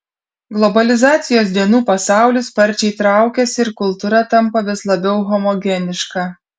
globalizacijos dienų pasaulis sparčiai traukiasi ir kultūra tampa vis labiau homogeniška